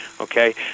Okay